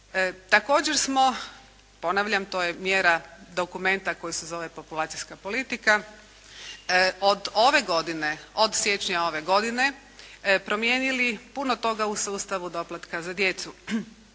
Također smo, ponavljam, to je mjera dokumenta koji se Populacijska politika od ove godine, od siječnja ove godine promijenili puno toga u sustavu doplatka za djecu.